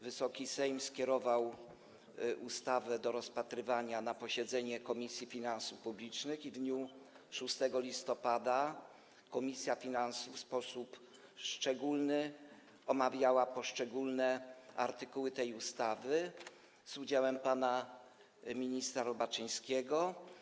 Wysoki Sejm skierował ustawę do rozpatrywania na posiedzeniu Komisji Finansów Publicznych i w dniu 6 listopada komisja finansów w sposób szczególny omawiała poszczególne artykuły tej ustawy z udziałem pana ministra Robaczyńskiego.